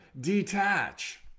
detach